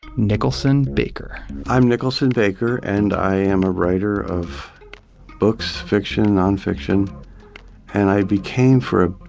nicholson baker i'm nicholson baker, and i am a writer of books fiction, nonfiction and i became for a